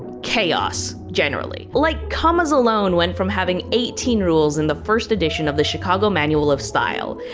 chaos generally. like commas alone went from having eighteen rules in the first edition of the chicago manual of style,